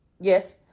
Yes